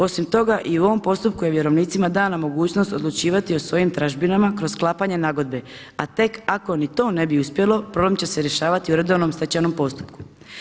Osim toga i u ovom postupku je vjerovnicima dana mogućnost odlučivati o svojim tražbinama kroz sklapanje nagodbe, a tek ako ni to ne bi uspjelo problem će se rješavati u redovnom stečajnom postupku.